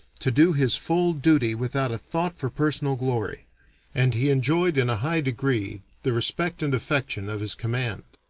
to do his full duty without a thought for personal glory and he enjoyed in a high degree the respect and affection of his command.